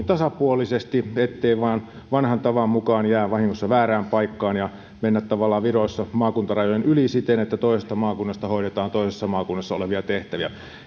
tasapuolisesti ettei vain vanhan tavan mukaan jäädä vahingossa väärään paikkaan ja mennä tavallaan viroissa maakuntarajojen yli siten että toisesta maakunnasta hoidetaan toisessa maakunnassa olevia tehtäviä